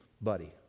Buddy